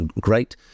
great